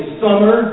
summer